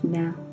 now